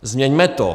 Změňme to.